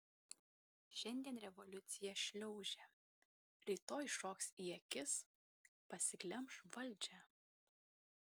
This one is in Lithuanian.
šiandien revoliucija šliaužia rytoj šoks į akis pasiglemš valdžią